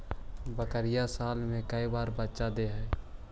बकरी साल मे के बार बच्चा दे है?